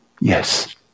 Yes